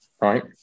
right